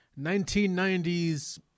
1990s